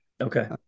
okay